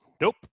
Nope